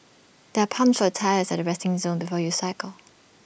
there are pumps for your tyres at resting zone before you cycle